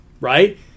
right